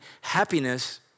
happiness